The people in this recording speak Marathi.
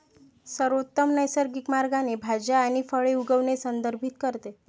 सर्वोत्तम नैसर्गिक मार्गाने भाज्या आणि फळे उगवणे संदर्भित करते